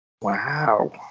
wow